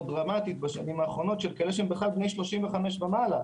דרמטית בשנים האחרונות שהם בכלל בני 35 ומעלה.